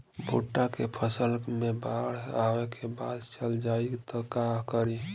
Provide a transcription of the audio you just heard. भुट्टा के फसल मे बाढ़ आवा के बाद चल जाई त का करी?